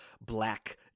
black